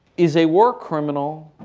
is a war criminal